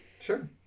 sure